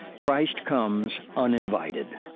christ comes uninvited.